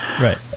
Right